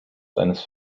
seines